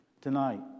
tonight